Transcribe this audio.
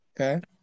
Okay